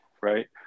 right